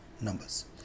numbers